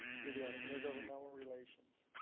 committee on intergovernmental relations.